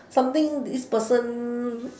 something this person